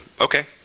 okay